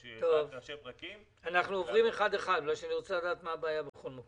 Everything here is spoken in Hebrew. אנחנו עוברים אחד-אחד בגלל שאני רוצה לדעת מה הבעיה בכל מקום.